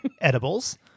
edibles